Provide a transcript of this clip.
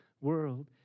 world